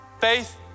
Faith